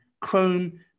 Chrome